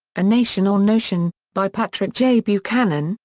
a nation or notion, by patrick j. buchanan,